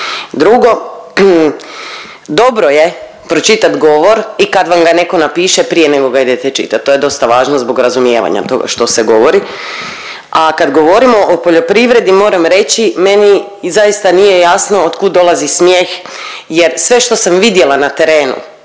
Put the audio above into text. Drugo, dobro je pročitat govor i kad vam ga neko napiše prije nego ga idete čitat, to je dosta važno zbog razumijevanja toga što se govori. A kad govorimo o poljoprivredi moram reći meni zaista nije jasno otkud dolazi smijeh jer sve što sam vidjela na terenu